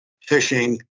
fishing